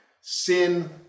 sin